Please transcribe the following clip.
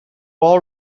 all